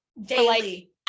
Daily